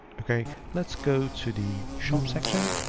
okay, let's go to the shop section.